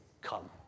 come